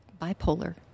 bipolar